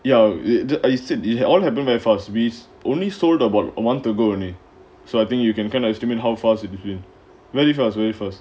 ya it I said it had all happened very fast with only sold about a month ago only so I think you can kind of estimate how fast it between very fast very fast